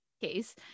case